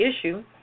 issue